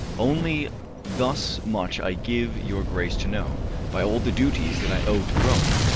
only thus much i give your grace to know by all the duties that i owe to rome,